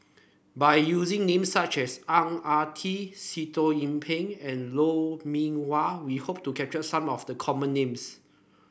by using names such as Ang Ah Tee Sitoh Yih Pin and Lou Mee Wah we hope to capture some of the common names